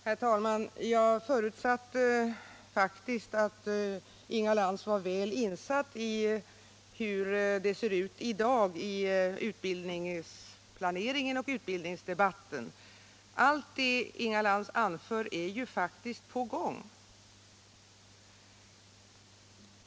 Herr talman! Jag förutsatte faktiskt att Inga Lantz var väl insatt i hur det ser ut i dag i fråga om utbildningsplaneringen. Allt det Inga Lantz anför är ju på gång!